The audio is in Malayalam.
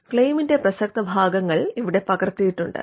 ക്ലെയിമിന്റെ പ്രസക്ത ഭാഗങ്ങൾ ഇവിടെ പകർത്തിയിട്ടുണ്ട്